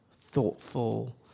thoughtful